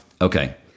Okay